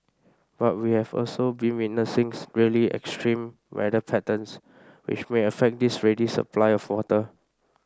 but we have also been witnessing really extreme weather patterns which may affect this ready supply of water